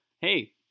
Hey